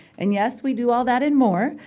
and yes, we do all that and more,